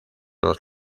los